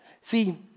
See